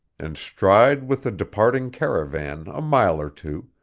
and stride with the departing caravan a mile or two,